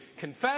confess